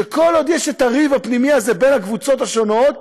שכל עוד יש את הריב הפנימי הזה בין הקבוצות השונות,